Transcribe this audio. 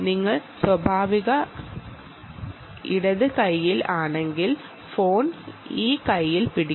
നിങ്ങൾ ഇടത് കൈയ്യൻ ആണെങ്കിൽ ഫോൺ ഈ കയ്യിൽ പിടിക്കും